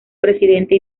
presidente